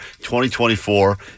2024